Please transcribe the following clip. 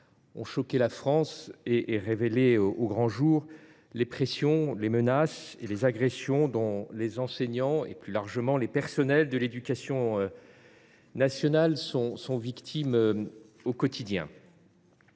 ont choqué la France et révélé au grand jour les pressions, menaces et agressions dont les enseignants et, plus largement, les membres du personnel de l’éducation nationale sont victimes au quotidien.